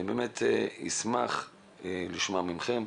אני אשמח לשמוע מכם.